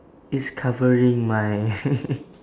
is covering my